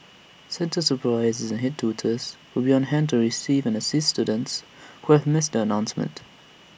centre supervisors and Head tutors will be on hand to receive and assist students who have missed the announcement